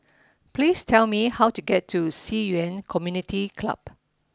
please tell me how to get to Ci Yuan Community Club